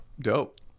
dope